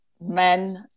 men